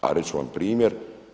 A reći ću vam primjer.